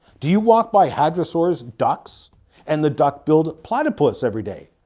do you walk by hadrosaurs, ducks and the duck-billed platypus every day?